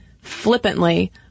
flippantly